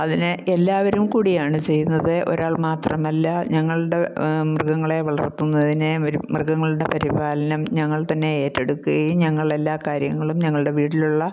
അതിനെ എല്ലാവരും കൂടിയാണ് ചെയ്യുന്നത് ഒരാൾ മാത്രമല്ല ഞങ്ങളുടെ മൃഗങ്ങളെ വളർത്തുന്നതിനെ ഒരു മൃഗങ്ങളുടെ പരിപാലനം ഞങ്ങൾ തന്നെ ഏറ്റെടുക്കയും ഞങ്ങൾ എല്ലാ കാര്യങ്ങളും ഞങ്ങളുടെ വീട്ടിലുള്ള